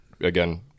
again